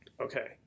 Okay